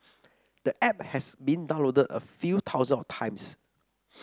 the app has been downloaded a few thousands of times